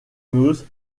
meuse